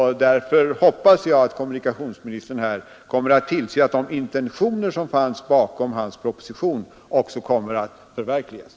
Därför hoppas jag att kommunikationsministern kommer att tillse att de intentioner, som fanns bakom hans proposition, också kommer att förverkligas.